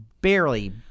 barely